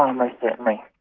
um most certainly,